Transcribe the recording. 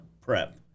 prep